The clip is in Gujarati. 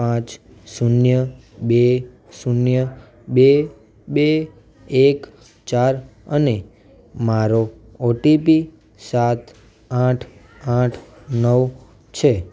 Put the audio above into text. પાંચ શૂન્ય બે શૂન્ય બે બે એક ચાર અને મારો ઓટીપી સાત આઠ આઠ નવ છે